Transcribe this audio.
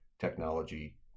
technology